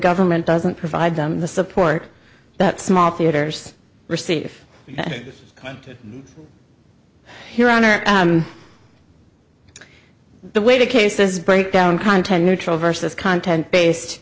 government doesn't provide them the support that small theaters receive your own or the way to cases break down content neutral versus content based